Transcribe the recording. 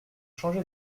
changé